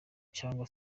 cyangwa